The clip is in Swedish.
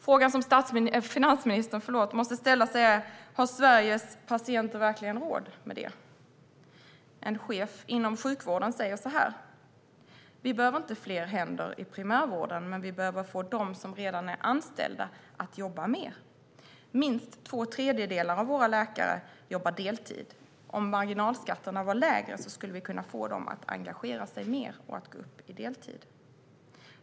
Frågan som finansministern måste ställa sig är: Har Sveriges patienter verkligen råd med detta? En chef inom sjukvården säger så här: Vi behöver inte fler händer i primärvården, men vi behöver få dem som redan är anställda att jobba mer. Minst två tredjedelar av våra läkare jobbar deltid. Om marginalskatterna var lägre skulle vi kunna få dem att engagera sig mer och gå upp till heltid.